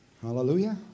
Hallelujah